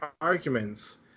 arguments